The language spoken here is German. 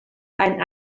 ein